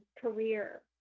career